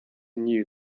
knew